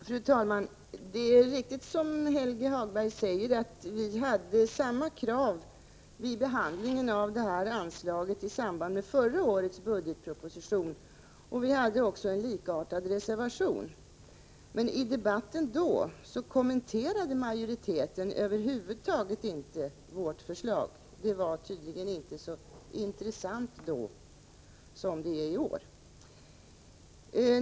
Fru talman! Det är riktigt som Helge Hagberg säger att vi hade samma krav vid behandlingen av det här anslaget i samband med förra årets budgetproposition. Vi hade också en likartad reservation. I debatten då kommenterade majoriteten över huvud taget inte vårt förslag. Det var tydligen inte så intressant då som det är i år.